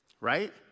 right